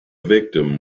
victim